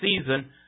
season